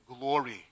glory